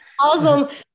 Awesome